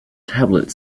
tablet